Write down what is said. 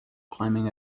climbing